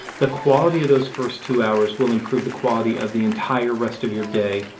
the quality of those first two hours will improve the quality of the entire rest of your day,